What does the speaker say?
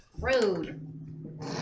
Rude